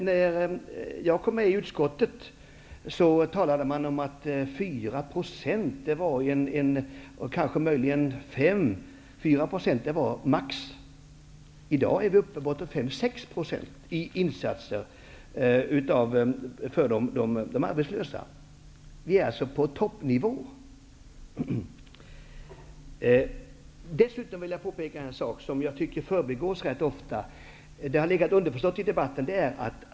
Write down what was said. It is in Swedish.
När jag kom till utskottet talades det om att 4 %, kanske 5 %, var maximum. I dag är vi uppe i 5--6 % i insatser för de arbetslösa. Vi är på toppnivån. Jag vill dessutom peka på en sak som förbigås rätt ofta. Frågan har varit underförstådd i debatten.